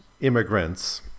immigrants